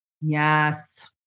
Yes